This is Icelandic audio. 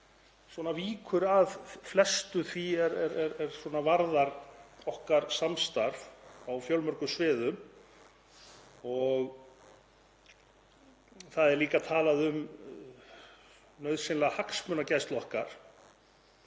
víkur að flestu því er varðar okkar samstarf á fjölmörgum sviðum. Einnig er talað um nauðsynlega hagsmunagæslu okkar.